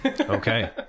Okay